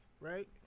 right